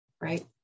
right